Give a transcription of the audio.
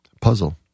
puzzle